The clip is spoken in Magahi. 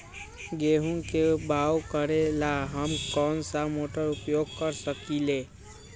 गेंहू के बाओ करेला हम कौन सा मोटर उपयोग कर सकींले?